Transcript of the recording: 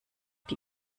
die